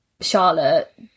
Charlotte